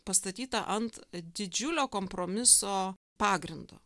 pastatyta ant didžiulio kompromiso pagrindo